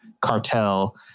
cartel